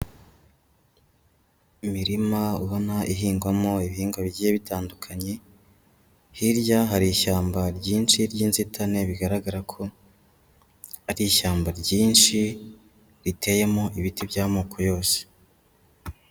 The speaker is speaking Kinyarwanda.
Imirima ubona ihingwamo ibihingwa bigiye bitandukanye, hirya hari ishyamba ryinshi ry'inzitane; bigaragara ko ari ari ishyamba ryinshi, riteyemo ibiti by'amoko yose.